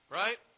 right